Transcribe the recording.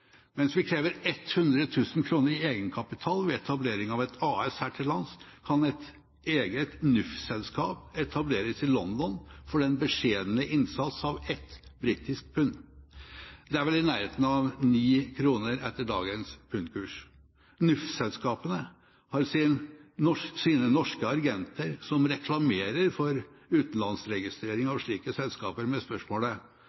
Mens vi krever 100 000 kr i egenkapital ved etablering av et AS her til lands, kan et eget NUF-selskap etableres i London for den beskjedne innsats av ett britisk pund. Det er vel i nærheten av 9 kroner etter dagens pundkurs. NUF-selskapene har sine norske agenter som reklamerer for utenlandsregistrering